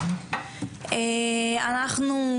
אנחנו,